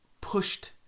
pushed